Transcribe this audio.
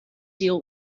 deal